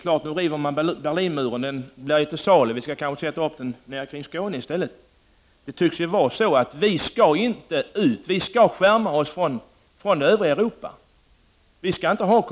Nu river man Berlinmuren, och den blir till salu. Vi kanske kan bygga upp den kring Skåne i stället. Det tycks vara så att vi inte skall ut, vi skall avskärma oss från det övriga Europa.